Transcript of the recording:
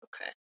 Okay